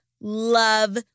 love